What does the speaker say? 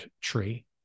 tree